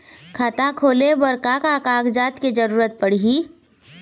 खाता खोले बर का का कागजात के जरूरत पड़ही?